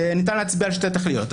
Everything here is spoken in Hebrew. ניתן להצביע על שתי תכליות.